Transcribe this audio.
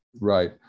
right